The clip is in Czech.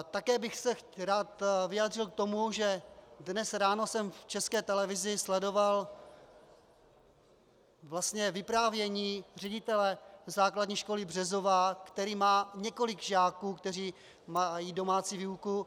Také bych se rád vyjádřil k tomu, že dnes ráno jsem v České televizi sledoval vyprávění ředitele Základní školy Březová, který má několik žáků, kteří mají domácí výuku.